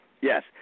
Yes